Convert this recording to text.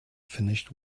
finished